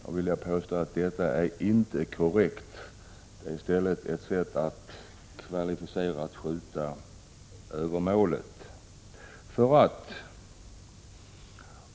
Jag vill påstå att detta inte är korrekt, i stället ett sätt att kvalificerat skjuta över målet.